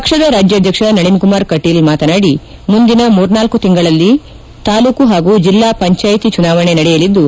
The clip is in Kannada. ಪಕ್ಷದ ರಾಜ್ಯಾಧ್ಯಕ್ಷ ನಳಿನ್ಕುಮಾರ್ ಕುಮಾರ್ ಕಟೀಲ್ ಮಾತನಾಡಿ ಮುಂದಿನ ಮುರ್ನಾಲ್ತು ತಿಂಗಳಲ್ಲಿ ತಾಲ್ಲೂಕು ಹಾಗೂ ಜಿಲ್ಲಾ ಪಂಚಾಯತಿ ಚುನಾವಣೆ ನಡೆಯಲಿದ್ದು